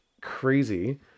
crazy